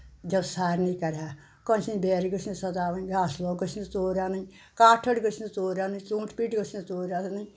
دیوٕ سارنٕے کَرِ ہا کٲنٛسہِ بیرِ گٔژھن سَتاوٕنۍ گاسہٕ لوکھ گٔژھنِس توٗرۍ اَنٕنۍ کاٹھٕڑ گٔژھ نہٕ ژوٗر اَنٕنۍ ژوٗنٛٹھۍ پیٖٹۍ گٔژھنَس توٗرۍ اَنٕنۍ